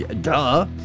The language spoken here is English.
Duh